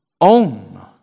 own